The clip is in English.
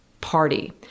party